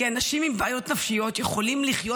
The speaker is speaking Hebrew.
כי אנשים עם בעיות נפשיות יכולים לחיות